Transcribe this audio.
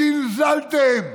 זלזלתם.